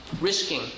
risking